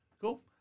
Cool